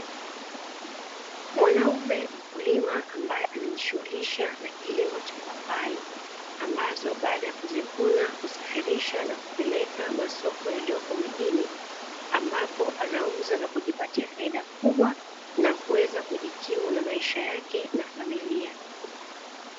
Mwanaume mkulima ambaye anajishughulisha na kilimo cha papai, ambazo baada ya kuzivuna kusafirisha na kupeleka masoko yaliyoko mjini, ambapo anauza na kujipatia faida kubwa na kuweza kujikimu na maisha yake na familia.